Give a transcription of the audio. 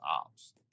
ops